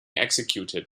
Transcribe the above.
executed